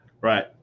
Right